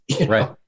Right